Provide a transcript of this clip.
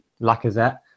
Lacazette